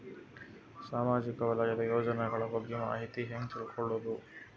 ಸಾಮಾಜಿಕ ವಲಯದ ಯೋಜನೆಗಳ ಬಗ್ಗೆ ಮಾಹಿತಿ ಹ್ಯಾಂಗ ತಿಳ್ಕೊಳ್ಳುದು?